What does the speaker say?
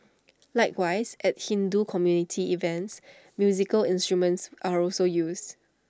likewise at Hindu community events musical instruments are also used